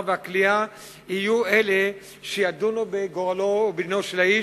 והכליאה יהיו אלה שידונו בגורלו ובדינו של האיש.